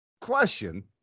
question